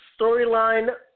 storyline